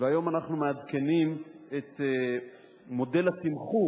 והיום אנחנו מעדכנים את מודל התמחור,